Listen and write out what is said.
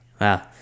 Wow